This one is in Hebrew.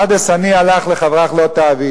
מאן דסני עלך לחברך לא תעביד.